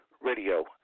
Radio